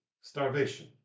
starvation